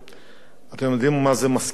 אתם יודעים מה זה מזכיר, לי לפחות?